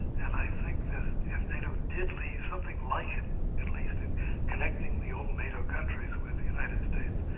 and i think that if nato did leave something like at least in connecting the old nato countries with the united states,